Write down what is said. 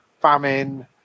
famine